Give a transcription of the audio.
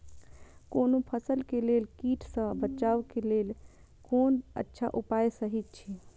कोनो फसल के लेल कीट सँ बचाव के लेल कोन अच्छा उपाय सहि अछि?